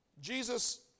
Jesus